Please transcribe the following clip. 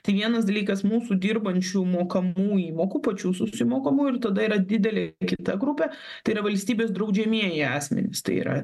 tai vienas dalykas mūsų dirbančių mokamų įmokų pačių susimokamų ir tada yra didelė kita grupė tai yra valstybės draudžiamieji asmenys tai yra